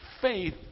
Faith